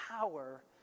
power